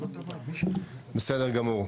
בסדר גמור.